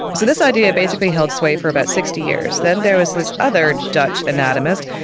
so this idea basically held sway for about sixty years then there was this other dutch anatomist,